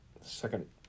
second